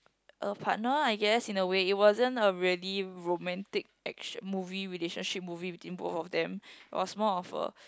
a partner I guess in a way it wasn't a really romantic action movie relationship movie between both of them it was more of a